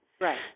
Right